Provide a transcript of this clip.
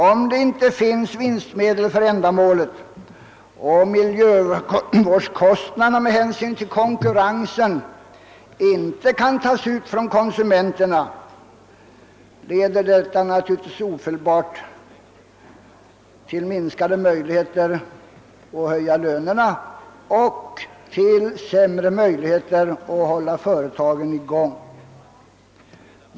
Om det inte finns vinstmedel som kan användas för detta ändamål och om miljövårdskostnaderna med hänsyn till konkurrensen inte kan tas ut från konsumenterna, leder detta naturligtvis ofelbart till minskade möjligheter att höja lönerna och till sämre möjligheter att hålla företagen i gång.